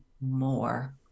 more